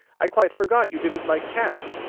i quite forgot you didn't like cats.